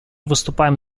выступаем